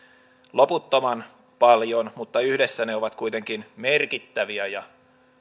loputtoman paljon mutta yhdessä ne ovat kuitenkin merkittäviä ja